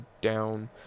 down